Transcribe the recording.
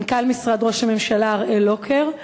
מנכ"ל משרד ראש הממשלה הראל לוקר,